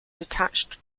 detached